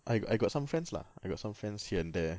I I got some friends lah I got some friends here and there